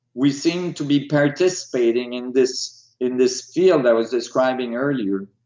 we seem to be participating in this in this field i was describing earlier